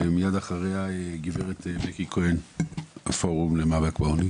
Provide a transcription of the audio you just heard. ומיד אחריה גברת בקי כהן הפורום למאבק בעוני.